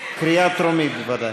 קריאה טרומית, בוודאי.